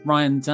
Ryan